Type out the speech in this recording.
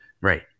right